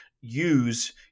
use